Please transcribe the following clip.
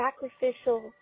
sacrificial